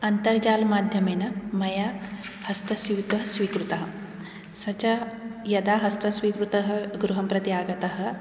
अन्तर्जालमाध्यमेन मया हस्तस्यूतः स्वीकृतः स च यदा हस्तस्वीकृतः गृहं प्रति आगतः